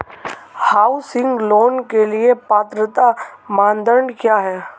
Housing loan के लिए पात्रता मानदंड क्या हैं?